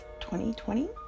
2020